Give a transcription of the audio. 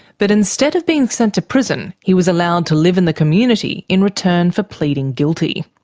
but instead of being sent to prison, he was allowed to live in the community in return for pleading guilty.